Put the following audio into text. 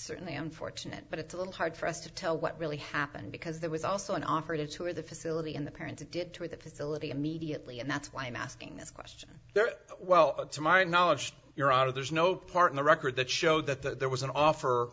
certainly unfortunate but it's a little hard for us to tell what really happened because there was also an offer to tour the facility and the parents did to the facility immediately and that's why i'm asking this question there well to my knowledge you're out of there's no part in the record that showed that there was an offer